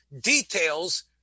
details